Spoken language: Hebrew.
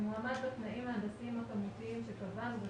אם הוא עמד בתנאים ההנדסיים הכמותיים שקבעו.